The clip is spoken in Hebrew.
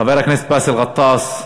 חבר הכנסת באסל גטאס,